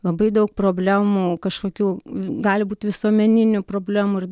labai daug problemų kažkokių gali būti visuomeninių problemų ir